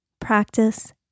practice